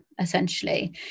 essentially